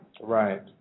Right